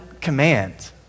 command